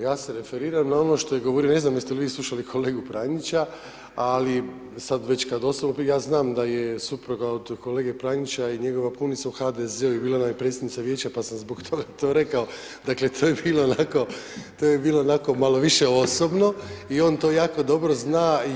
Ja se referiram na ono što je govorio, ne znam jeste li vi slušali kolegu Pranića, ali sad već kad pita, ja znam da je supruga od kolege Pranića i njegova punica u HDZ-u i bila nam je predsjednica vijeća pa sam zbog toga to rekao, dakle, to je bila onako, to je bilo onako više osobno i on to jako dobro zna.